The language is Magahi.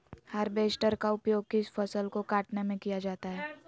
हार्बेस्टर का उपयोग किस फसल को कटने में किया जाता है?